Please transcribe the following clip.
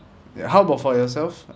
how about for yourself